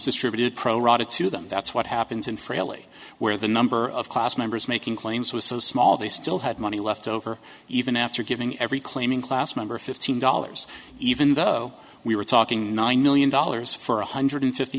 distributed pro rata to them that's what happens in fraley where the number of class members making claims was so small they still had money left over even after giving every claiming class member fifteen dollars even though we were talking nine million dollars for one hundred fifty